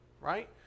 right